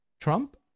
Trump